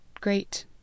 great